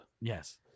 Yes